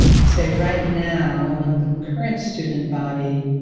i'd say right now, among the current student body,